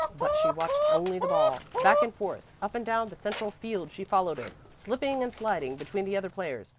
but she watched only the ball. back and forth, up and down the central field she followed it, slipping and sliding between the other players,